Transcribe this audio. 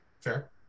Fair